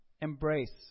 embrace